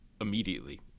immediately